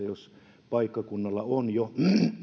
jos paikkakunnalla on jo